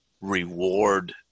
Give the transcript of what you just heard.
reward